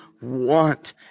want